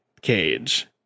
Cage